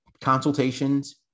consultations